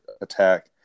attack